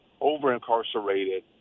over-incarcerated